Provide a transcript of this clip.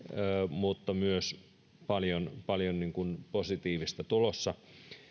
mutta on myös paljon paljon positiivista tulossa